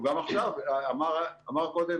וגם עכשיו, אמר קודם